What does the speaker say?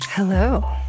Hello